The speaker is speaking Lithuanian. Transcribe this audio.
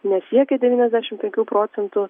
nesiekia devyniasdešim penkių procentų